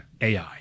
AI